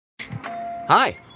Hi